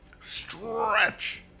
Stretch